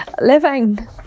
living